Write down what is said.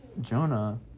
Jonah